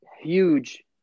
huge